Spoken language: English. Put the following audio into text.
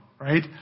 Right